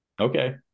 okay